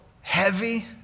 heavy